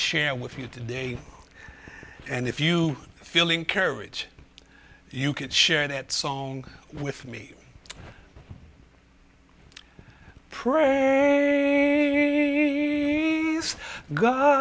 share with you today and if you feeling courage you could share that song with me pray to god